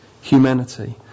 humanity